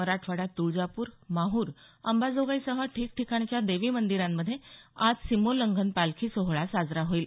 मराठवाड्यात तुळजापूर माहूर अंबाजोगाईसह ठिकठिकाणच्या देवी मंदिरांमध्ये आज सीमोल्लंघन पालखी सोहळा साजरा होईल